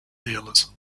dealers